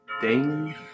Ding